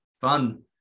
Fun